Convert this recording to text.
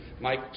Mike